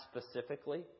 specifically